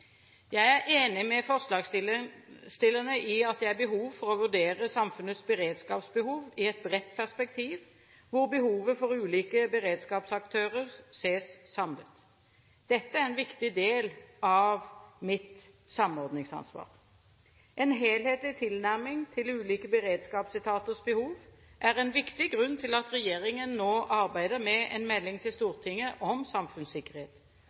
Jeg er enig med forslagsstillerne i at det er behov for å vurdere samfunnets beredskapsbehov i et bredt perspektiv hvor behovet for ulike beredskapsaktører ses samlet. Dette er en viktig del av mitt samordningsansvar. En helhetlig tilnærming til ulike beredskapsetaters behov er en viktig grunn til at regjeringen nå arbeider med en melding til Stortinget om samfunnssikkerhet.